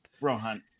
Rohan